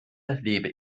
lebe